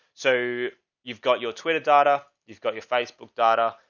so you've got your twitter data, you've got your facebook data,